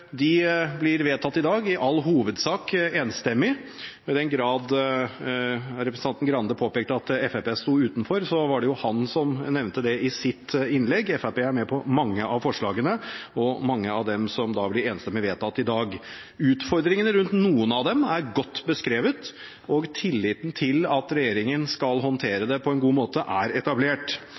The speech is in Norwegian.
de blir vedtatt i dag, i all hovedsak enstemmig. Representanten Grande påpekte at Fremskrittspartiet sto utenfor – det var han som nevnte det i sitt innlegg. Fremskrittspartiet er med på mange av forslagene, og mange av dem blir da enstemmig vedtatt i dag. Utfordringene rundt noen av dem er godt beskrevet, og tilliten til at regjeringen skal håndtere det på en god måte, er etablert.